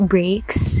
Breaks